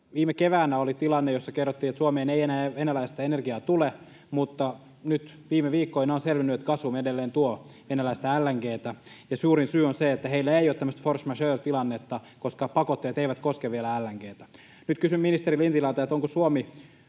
viime keväänä oli tilanne, jossa kerrottiin, että Suomeen ei enää venäläistä energiaa tule, mutta nyt viime viikkoina on selvinnyt, että Gasum edelleen tuo venäläistä LNG:tä, ja suurin syy on se, että heillä ei ole tämmöistä force majeure ‑tilannetta, koska pakotteet eivät koske vielä LNG:tä. Nyt kysyn ministeri Lintilältä: onko Suomi